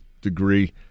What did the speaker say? degree